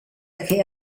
che